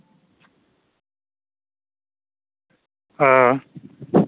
हां